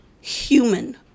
human